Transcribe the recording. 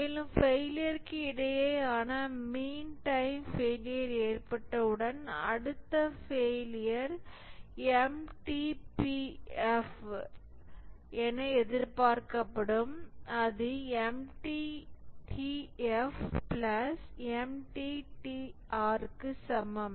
மேலும் ஃபெயிலியர்க்கு இடையேயான மீன் டைம் ஃபெயிலியர் ஏற்பட்டவுடன் அடுத்த ஃபெயிலியர் MTBF என எதிர்பார்க்கப்படும் அது MTTF MTTR சமம்